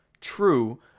true